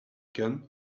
gun